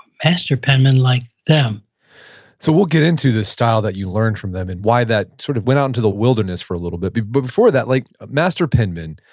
master penman like them so we'll get into the style that you learned from them, and why that sort of went on to the wilderness a little bit. but before that, like master penman,